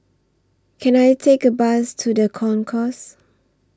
Can I Take A Bus to The Concourse